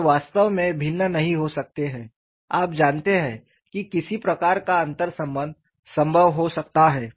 वे वास्तव में भिन्न नहीं हो सकते हैं आप जानते हैं कि किसी प्रकार का अंतर्संबंध संभव हो सकता है